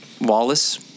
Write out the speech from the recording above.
Wallace